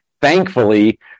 Thankfully